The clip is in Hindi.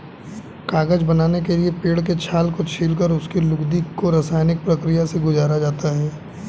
कागज बनाने के लिए पेड़ के छाल को छीलकर उसकी लुगदी को रसायनिक प्रक्रिया से गुजारा जाता है